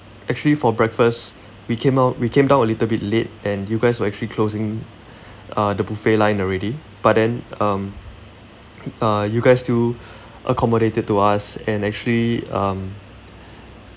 actually for breakfast we came out we came down a little bit late and you guys were actually closing uh the buffet line already but then um uh you guys still accommodated to us and actually um